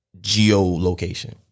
geolocation